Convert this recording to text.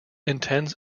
intents